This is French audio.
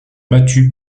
battue